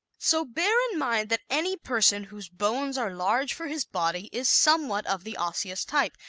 so bear in mind that any person whose bones are large for his body is somewhat of the osseous type,